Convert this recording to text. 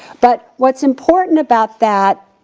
but what's important about that